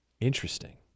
Interesting